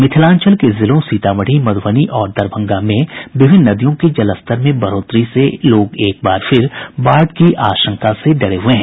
मिथिलांचल के जिलों सीतामढ़ी मध्रबनी और दरभंगा में विभिन्न नदियों के जलस्तर में बढ़ोतरी से लोग एक बार फिर बाढ़ की आशंका से डरे हुये हैं